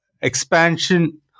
expansion